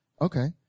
Okay